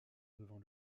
devant